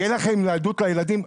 יהיה להם ניידות לילדים?